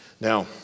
Now